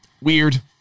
Weird